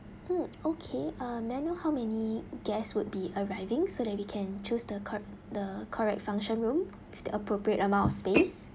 mm okay uh may I know how many guests would be arriving so that we can choose the co~ the correct function room with the appropriate amount of space